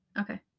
Okay